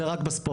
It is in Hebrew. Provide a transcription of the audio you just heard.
זה רק בספורט.